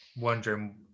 wondering